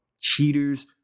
cheaters